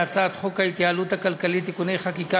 להצעת חוק ההתייעלות הכלכלית (תיקוני חקיקה